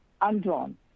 undrawn